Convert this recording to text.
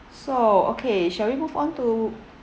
so okay shall we move on to